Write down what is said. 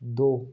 दो